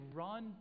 run